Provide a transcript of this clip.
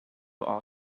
our